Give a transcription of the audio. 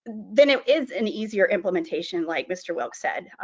then it is an easier implementation like mr. wilk said,